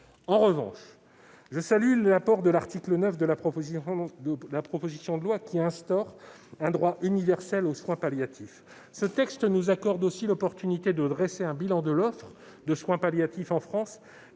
En revanche, je salue l'apport de l'article 9 de la proposition de loi, qui instaure un droit universel aux soins palliatifs. Ce texte nous accorde ainsi la possibilité de dresser un bilan de l'offre de soins palliatifs en France,